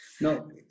No